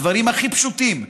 הדברים הכי פשוטים,